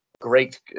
great